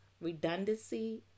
redundancy